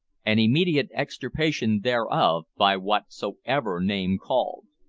and immediate extirpation thereof by whatsoever name called.